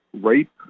rape